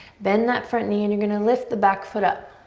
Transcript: bend that front knee and you're gonna lift the back foot up.